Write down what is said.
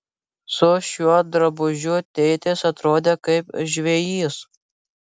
su šiuo drabužiu tėtis atrodė kaip žvejys